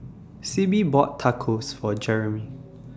Sibbie bought Tacos For Jeremy